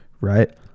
right